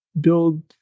build